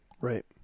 right